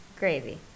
Gravy